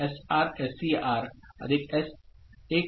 QB S1